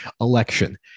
election